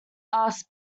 asks